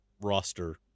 roster